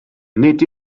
nid